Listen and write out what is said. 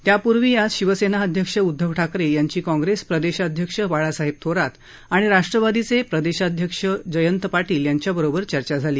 त्यापूर्वी आज शिवसेना अध्यक्ष उद्धव ठाकरे यांची काँग्रेस प्रदेशाध्यक्ष बाळासाहेब थोरात आणि राष्ट्रवादी काँग्रेसचे प्रदेशाध्यक्ष जयंत पाटील यांच्याबरोबर चर्चा झाली